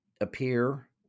appear